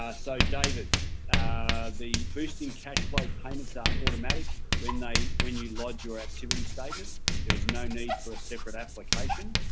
so david the boost in cash flow payments are automatic when they when you lodge your activity statement there is no need for a separate application